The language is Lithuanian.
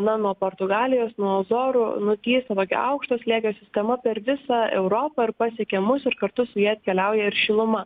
na nuo portugalijos nuo azorų nutįsta tokia aukšto slėgio sistema per visą europą ir pasiekia mus ir kartu su ja atkeliauja ir šiluma